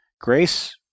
Grace